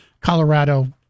Colorado